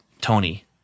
Tony